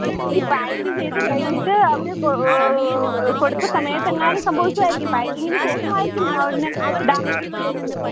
അവർ pack ചെയ്തു കഴിഞ്ഞിട്ട് അവർ കൊടുത്ത സമയത്തെങ്ങാനും സംഭവിച്ചതായിരിക്കും പാക്കിങ്ങിനു ശേഷമായിരിക്കും അതിന് ഡാമേജ് സംഭവിച്ചത്